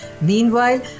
Meanwhile